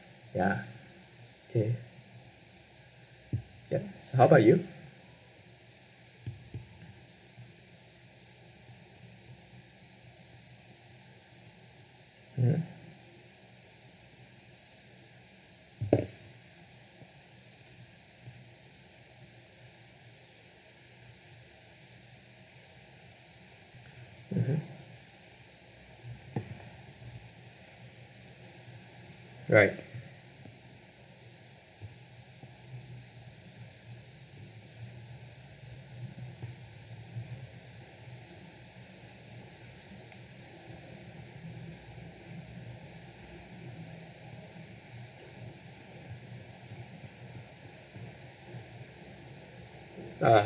ya um yes so how about you um mmhmm alright uh